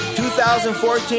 2014